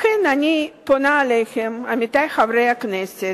לכן אני פונה אליכם, עמיתי חברי הכנסת,